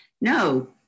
no